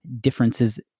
differences